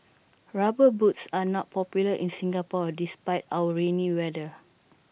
rubber boots are not popular in Singapore despite our rainy weather